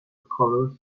colours